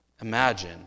Imagine